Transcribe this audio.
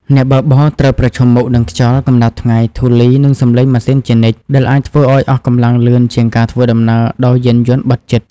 អ្នកបើកបរត្រូវប្រឈមមុខនឹងខ្យល់ កម្ដៅថ្ងៃ ធូលី និងសំឡេងម៉ាស៊ីនជានិច្ច ដែលអាចធ្វើឱ្យអស់កម្លាំងលឿនជាងការធ្វើដំណើរដោយយានយន្តបិទជិត។